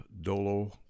Dolo